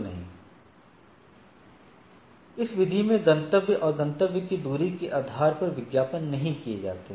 लेकिन इस विधि में गंतव्य और गंतव्य की दूरी के आधार पर विज्ञापन नहीं किए जाते हैं